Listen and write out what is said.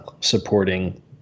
supporting